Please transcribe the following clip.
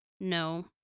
No